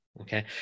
Okay